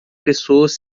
pessoas